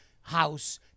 house